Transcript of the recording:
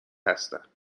هستم